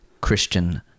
Christian